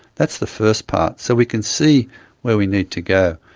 that's the first part, so we can see where we need to go.